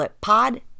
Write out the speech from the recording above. Pod